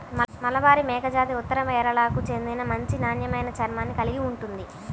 మలబారి మేకజాతి ఉత్తర కేరళకు చెందిన మంచి నాణ్యమైన చర్మాన్ని కలిగి ఉంటుంది